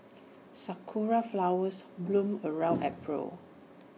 Sakura Flowers bloom around April